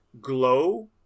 glow